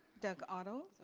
doug otto? aye.